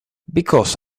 because